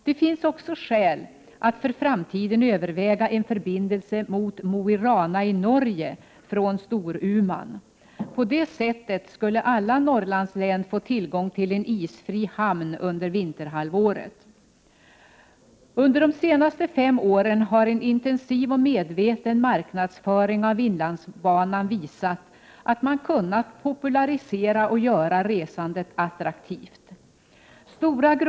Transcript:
Det finns också skäl att för framtiden överväga en förbindelse med Mo i Rana i Norge från Storuman. På det sättet skulle alla Norrlandslän få tillgång till en isfri hamn under vinterhalvåret. Under de senaste fem åren har en intensiv och medveten marknadsföring av inlandsbanan visat att man kunnat popularisera resandet och göra detta Prot. 1988/89:107 attraktivt.